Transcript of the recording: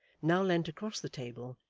now leant across the table,